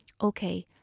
Okay